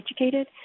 educated